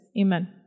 Amen